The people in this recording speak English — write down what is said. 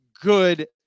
good